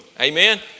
Amen